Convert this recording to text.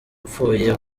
upfuye